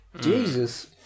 Jesus